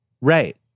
right